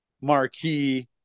marquee